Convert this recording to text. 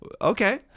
Okay